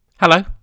Hello